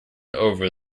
over